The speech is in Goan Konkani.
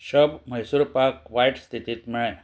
शब म्हैसूरपाक वायट स्थितींत मेळ्ळें